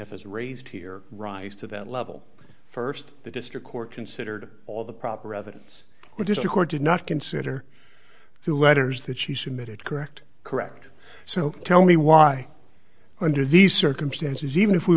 plaintiff has raised here rise to that level st the district court considered all the proper evidence which is the court did not consider two letters that she submitted correct correct so tell me why under these circumstances even if we